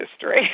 history